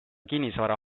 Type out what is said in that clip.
kinnisvara